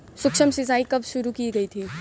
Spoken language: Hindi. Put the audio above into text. सूक्ष्म सिंचाई कब शुरू की गई थी?